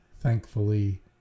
thankfully